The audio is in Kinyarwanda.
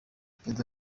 perezida